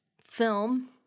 film